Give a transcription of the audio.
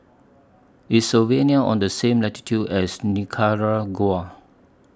IS Slovenia on The same latitude as Nicaragua